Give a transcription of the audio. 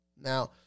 Now